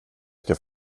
ska